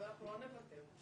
אבל אנחנו לא נוותר.